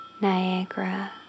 niagara